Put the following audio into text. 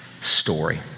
story